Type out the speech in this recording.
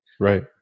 Right